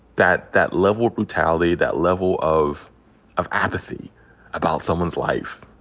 that that level of brutality, that level of of apathy about someone's life,